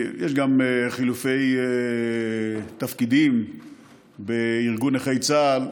יש גם חילופי תפקידים בארגון נכי צה"ל.